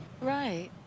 right